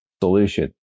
solution